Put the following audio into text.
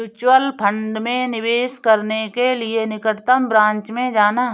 mutual fund में निवेश करने के लिए निकटतम ब्रांच में जाना